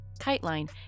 KiteLine